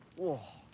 whoa!